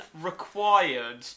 required